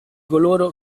coloro